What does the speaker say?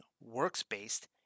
works-based